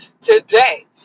today